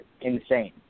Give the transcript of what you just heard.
Insane